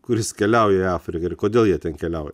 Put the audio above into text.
kuris keliauja į afriką ir kodėl jie ten keliauja